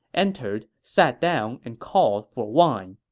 entered, sat down, and called for wine.